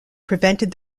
prevented